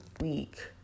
week